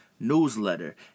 Newsletter